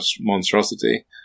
monstrosity